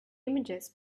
images